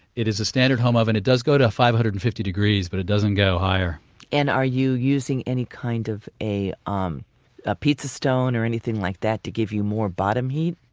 it is a standard home oven. it does go to five hundred and fifty degrees but it doesn't go higher and are you using any kind of a um a pizza stone or anything like that to give you more bottom heat?